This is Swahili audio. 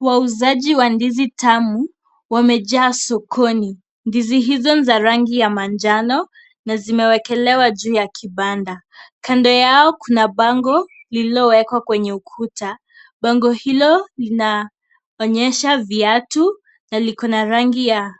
Wauzaji wa ndizi tamu wamejaa sokoni, ndizi hizo ni za rangi ya manjano na zimewekelewa juu ya kibanda, kando yao kuna bango lililowekwa kwenye ukuta, bango hilo linaonyesha viatu na liko na rangi ya